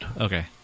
Okay